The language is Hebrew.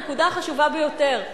הנקודה החשובה ביותר,